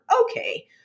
Okay